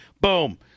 Boom